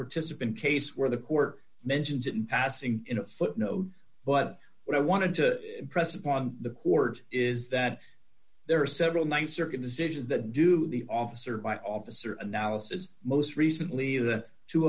participant case where the court mentions it in passing in a footnote but what i wanted to impress upon the court is that there are several th circuit decisions that do the officer by officer analysis most recently the two